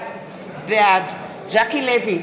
בעד ז'קי לוי,